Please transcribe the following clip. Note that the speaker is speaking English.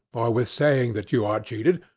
or with saying that you are cheated,